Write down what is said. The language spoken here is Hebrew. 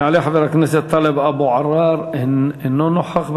יעלה חבר הכנסת טלב אבו עראר, אינו נוכח במליאה.